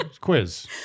quiz